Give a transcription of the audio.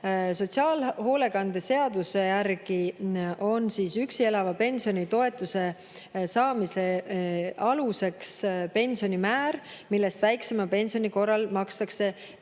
Sotsiaalhoolekande seaduse järgi on üksi elava pensionäri toetuse saamise aluseks pensionimäär, millest väiksema pensioni korral makstakse pensionäritoetust.